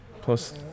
Plus